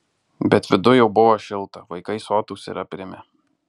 bet viduj jau buvo šilta vaikai sotūs ir aprimę